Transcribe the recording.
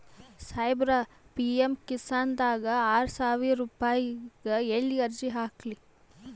ಸಾಹೇಬರ, ಪಿ.ಎಮ್ ಕಿಸಾನ್ ದಾಗ ಆರಸಾವಿರ ರುಪಾಯಿಗ ಎಲ್ಲಿ ಅರ್ಜಿ ಹಾಕ್ಲಿ?